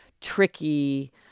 tricky